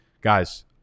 Guys